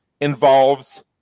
involves